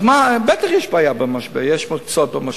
אז בטח יש בעיה, משבר, יש פה צד במשבר.